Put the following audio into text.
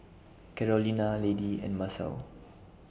Carolina Lady and Masao